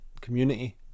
community